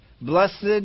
blessed